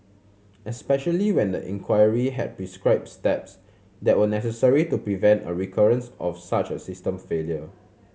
especially when the inquiry had prescribed steps that were necessary to prevent a recurrence of such a system failure